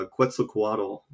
Quetzalcoatl